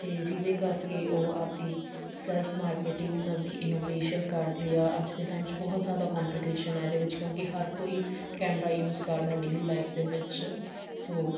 ਅਤੇ ਜਿਹਦੇ ਕਰਕੇ ਉਹ ਆਪਦੀ ਸੈਲਫ ਮਾਰਕੀਟਿੰਗ ਨਵੀਂ ਇਨੋਵੇਸ਼ਨ ਕਰਦੇ ਆ ਅੱਜ ਦੇ ਟਾਈਮ 'ਚ ਬਹੁਤ ਜ਼ਿਆਦਾ ਕੰਪੀਟੀਸ਼ਨ ਆ ਇਹਦੇ ਵਿੱਚ ਕਿਉਂਕਿ ਹਰ ਕੋਈ ਕੈਮਰਾ ਯੂਜ ਕਰਦਾ ਡੇਲੀ ਲਾਈਫ ਦੇ ਵਿੱਚ ਸੋ